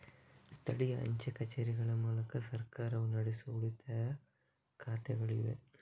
ಸ್ಥಳೀಯ ಅಂಚೆ ಕಚೇರಿಗಳ ಮೂಲಕ ಸರ್ಕಾರವು ನಡೆಸುವ ಉಳಿತಾಯ ಖಾತೆಗಳು ಇವೆ